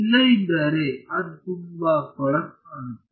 ಇಲ್ಲದಿದ್ದರೆ ಅದು ತುಂಬಾ ತಪ್ಪಾಗಿ ಕಾಣುತ್ತದೆ